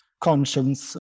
conscience